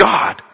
God